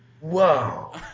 Whoa